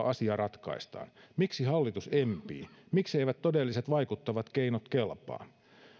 asia ratkaistaan miksi hallitus empii mikseivät todelliset vaikuttavat keinot kelpaa